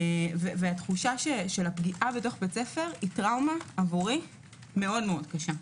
התחושה של הפגיעה בתוך בית הספר היא טראומה עבורי מאוד קשה.